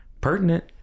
pertinent